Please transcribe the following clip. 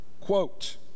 quote